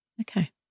okay